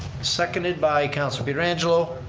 seconded by councilor pietrangelo.